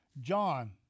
John